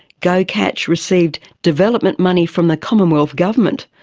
gocatch received development money from the commonwealth government.